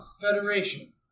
Federation